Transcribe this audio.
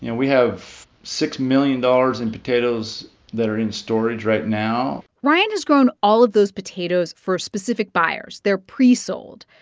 yeah we have six million dollars in potatoes that are in storage right now ryan has grown all of those potatoes for specific buyers. they're pre-sold.